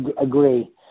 agree